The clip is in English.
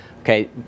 Okay